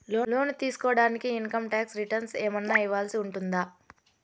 లోను తీసుకోడానికి income tax returns ఏమన్నా ఇవ్వాల్సి ఉంటుందా